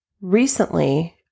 Recently